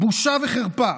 בושה וחרפה,